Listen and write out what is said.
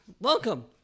welcome